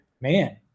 man